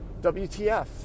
WTF